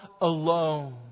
alone